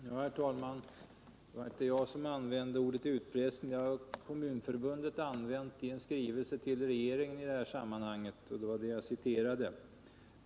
Herr talman! Det var inte jag som använde ordet utpressning. Det har Kommunförbundet använt i en skrivelse till regeringen i det här sammanhanget, och det var denna jag citerade.